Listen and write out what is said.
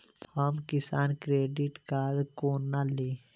हम किसान credit card कोना ली?